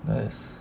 there's